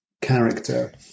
character